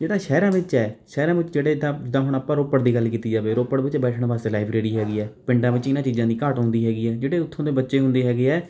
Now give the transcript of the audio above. ਜਿਹੜਾ ਸ਼ਹਿਰਾਂ ਵਿੱਚ ਹੈ ਸ਼ਹਿਰਾਂ ਵਿੱਚ ਜਿਹੜੇ ਤਾਂ ਜਿੱਦਾਂ ਹੁਣ ਆਪਾਂ ਰੋਪੜ ਦੀ ਗੱਲ ਕੀਤੀ ਜਾਵੇ ਰੋਪੜ ਵਿੱਚ ਬੈਠਣ ਵਾਸਤੇ ਲਾਈਬ੍ਰੇਰੀ ਹੈਗੀ ਹੈ ਪਿੰਡਾਂ ਵਿੱਚ ਇਹਨਾਂ ਚੀਜ਼ਾਂ ਦੀ ਘਾਟ ਹੁੰਦੀ ਹੈਗੀ ਹੈ ਜਿਹੜੇ ਉੱਥੋਂ ਦੇ ਬੱਚੇ ਹੁੰਦੇ ਹੈਗੇ ਹੈ